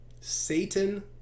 Satan